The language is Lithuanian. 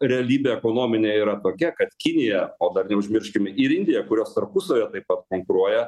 realybė ekonominė yra tokia kad kinija o dar neužmirškim ir indija kurios tarpusavyje taip pat konkuruoja